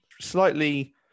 Slightly